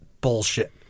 bullshit